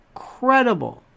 Incredible